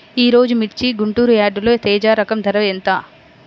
ఈరోజు మిర్చి గుంటూరు యార్డులో తేజ రకం ధర ఎంత?